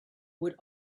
would